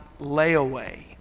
layaway